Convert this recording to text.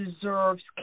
deserves